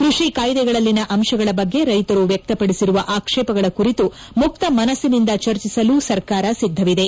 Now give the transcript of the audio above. ಕೃಷಿ ಕಾಯ್ದೆಗಳಲ್ಲಿನ ಅಂತಗಳ ಬಗ್ಗೆ ರೈತರು ವ್ಯಕ್ತಪಡಿಸಿರುವ ಆಕ್ಷೇಪಗಳ ಕುರಿತು ಮುಕ್ತ ಮನಸ್ಸಿನಿಂದ ಚರ್ಚಿಸಲು ಸರ್ಕಾರ ಸಿದ್ದವಿದೆ